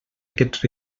aquests